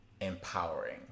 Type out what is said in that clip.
empowering